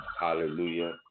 hallelujah